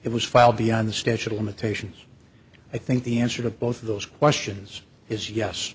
it was filed beyond the statute of limitations i think the answer to both of those questions is yes